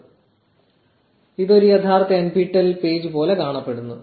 1325 ഇത് ഒരു യഥാർത്ഥ nptel പേജ് പോലെ കാണപ്പെടുന്നു